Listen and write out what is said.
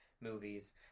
movies